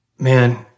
man